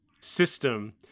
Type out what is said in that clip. system